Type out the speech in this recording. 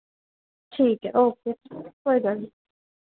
ਠੀਕ ਹੈ ਓਕੇ ਕੋਈ ਗੱਲ ਨਹੀਂ